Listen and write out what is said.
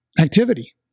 activity